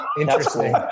Interesting